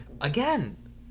Again